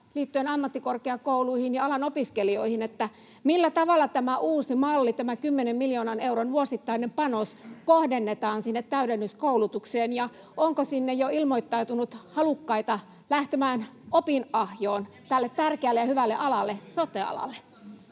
liittyen ammattikorkeakouluihin ja alan opiskelijoihin: millä tavalla tämä uusi malli, tämä 10 miljoonan euron vuosittainen panos, kohdennetaan sinne täydennyskoulutukseen, [Tuomas Kettusen välihuuto] ja onko sinne jo ilmoittautunut halukkaita lähtemään opinahjoon [Vasemmalta: Ja mihin se riittää!] tälle tärkeälle ja hyvälle alalle, sote-alalle?